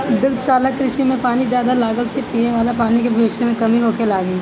दुग्धशाला कृषि में पानी ज्यादा लगला से पिये वाला पानी के भविष्य में कमी होखे लागि